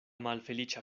malfeliĉa